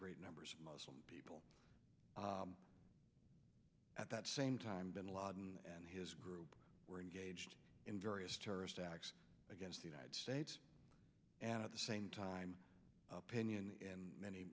great numbers of muslim people at that same time bin laden and his group were engaged in various terrorist acts against the united states and at the same time opinion in many